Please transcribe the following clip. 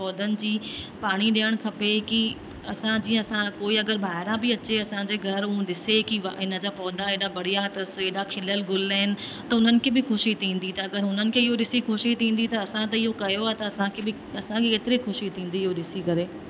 पौधनि जी पाणी ॾियणु खपे की असां जीअं असां कोई अगरि ॿाहिरा बि अचे असांजे घर ऐं ॾिसे की इन जा पौधा एॾा बढ़िया अथसि एॾा खिलियलु ग़ुल आहिनि त उन्हनि खे बि खुशी थींदी त अगरि उन्हनि खे इयो ॾिसी ख़ुशी थींदी त असां त इहो कयो आहे त असांखे बि असांखे केतिरी ख़ुशी थींदी इहो ॾिसी करे